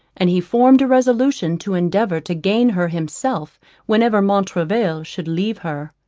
and he formed a resolution to endeavour to gain her himself whenever montraville should leave her.